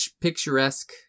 picturesque